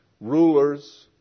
Rulers